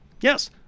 Yes